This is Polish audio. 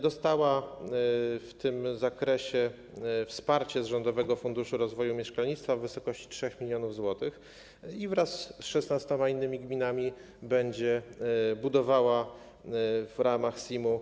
Dostała w tym zakresie wsparcie z Rządowego Funduszu Rozwoju Mieszkalnictwa w wysokości 3 mln zł i wraz z 16 innymi gminami będzie budowała w ramach SIM.